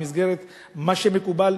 במסגרת מה שמקובל,